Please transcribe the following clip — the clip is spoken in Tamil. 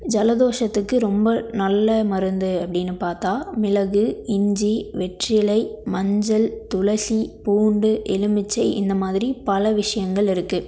ஜலதோஷத்துக்கு ரொம்ப நல்ல மருந்து அப்படினு பார்த்தா மிளகு இஞ்சி வெற்றிலை மஞ்சள் துளசி பூண்டு எலுமிச்சை இந்த மாதிரி பல விஷயங்கள் இருக்குது